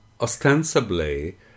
ostensibly